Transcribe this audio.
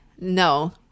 no